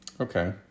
Okay